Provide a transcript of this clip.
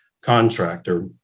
contractor